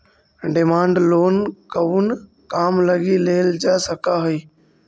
Demand loan कउन काम लगी लेल जा सकऽ हइ?